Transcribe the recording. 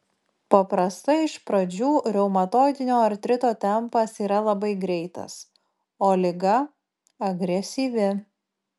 paprastai iš pradžių reumatoidinio artrito tempas yra labai greitas o liga agresyvi